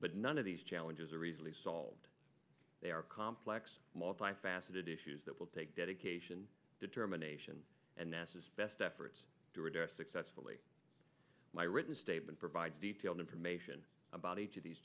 but none of these challenges are easily solved they are complex multifaceted issues that will take dedication determination and nessus best efforts to address successfully my written statement provide detailed information about each of these